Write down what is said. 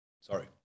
Sorry